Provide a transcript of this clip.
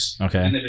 Okay